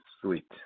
sweet